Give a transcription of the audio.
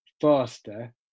faster